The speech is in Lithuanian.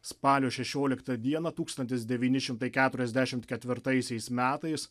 spalio šešioliktą dieną tūkstantis devyni šimtai keturiasdešimt ketvirtaisiais metais